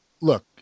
look